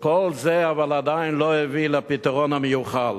וכל זה, אבל, עדיין לא הביא לפתרון המיוחל.